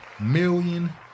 million